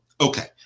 okay